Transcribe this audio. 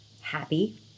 happy